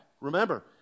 remember